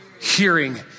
hearing